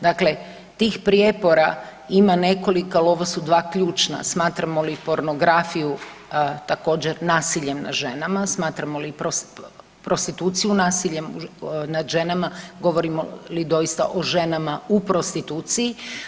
Dakle, tih prijepora ima nekoliko ali ovo su dva ključna, smatramo li pornografiju također nasiljem nad ženama, smatramo li i prostituciju nasiljem nad ženama, govorilo mi doista o ženama u prostituciji.